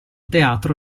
teatro